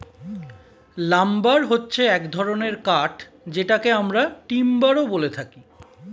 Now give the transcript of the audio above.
lumber হচ্ছে এক ধরনের কাঠ যেটাকে আমরা টিম্বারও বলে থাকি